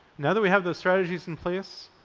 now that we have the strategies in place,